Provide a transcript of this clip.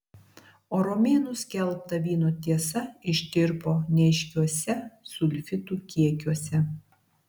o romėnų skelbta vyno tiesa ištirpo neaiškiuose sulfitų kiekiuose